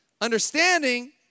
Understanding